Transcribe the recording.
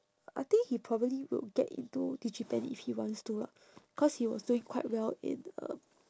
I think he probably will get into digipen if he wants to lah cause he was doing quite well in um